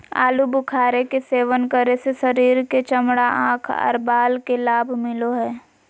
आलू बुखारे के सेवन करे से शरीर के चमड़ा, आंख आर बाल के लाभ मिलो हय